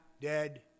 dead